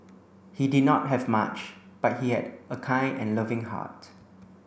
he did not have much but he had a kind and loving heart